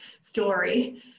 story